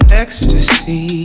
ecstasy